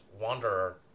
wanderer